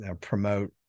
promote